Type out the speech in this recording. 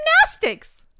Gymnastics